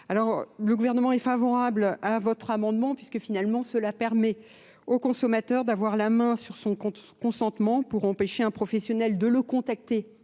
Le gouvernement est favorable à votre amendement puisque finalement cela permet aux consommateurs d'avoir la main sur son consentement pour empêcher un professionnel de le contacter